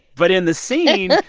but in the scene.